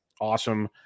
awesome